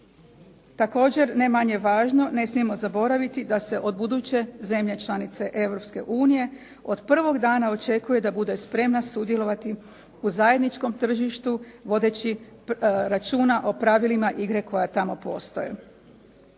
Također ne manje važno, ne smijemo zaboraviti da se od buduće zemlje članice Europske unije od prvog dana očekuje da bude spremna sudjelovati u zajedničkom tržištu vodeći računa o pravilima igre koja tamo postoje.